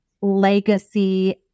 legacy